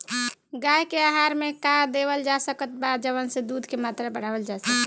गाय के आहार मे का देवल जा सकत बा जवन से दूध के मात्रा बढ़ावल जा सके?